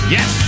Yes